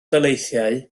daleithiau